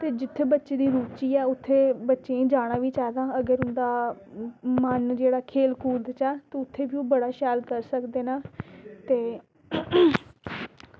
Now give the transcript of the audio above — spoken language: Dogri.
ते जित्थें बच्चे दी मरज़ी ऐ ते उत्थें जाना बी चाहिदा मन जेह्ड़ा खेल कूद च ऐ ते उत्थें बी बड़ा शैल करी सकदे न ते